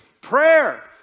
prayer